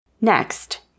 Next